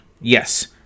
Yes